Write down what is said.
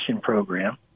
Program